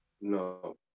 No